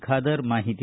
ಖಾದರ್ ಮಾಹಿತಿ